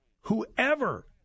whoever